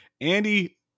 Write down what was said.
Andy